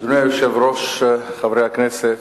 אדוני היושב-ראש, חברי הכנסת,